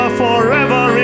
forever